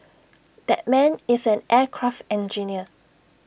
that man is an aircraft engineer